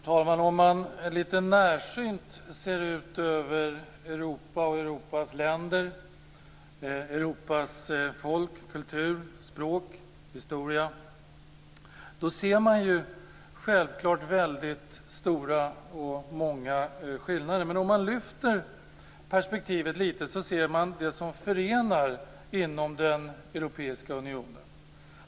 Herr talman! Om man lite närsynt ser ut över Europas länder, folk, kultur, språk och historia, ser man stora och många skillnader. Lyfter man på perspektivet ser man vad som förenar inom den europeiska unionen.